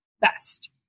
best